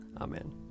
Amen